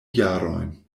jarojn